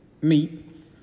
meat